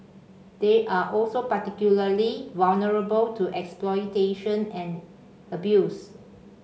they are also particularly vulnerable to exploitation and abuse